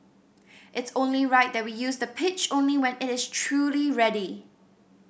it's only right that we use the pitch only when it is truly ready